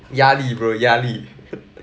压力 bro 压力